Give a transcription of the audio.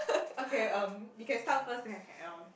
okay um you can start first then I can add on